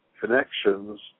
connections